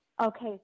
Okay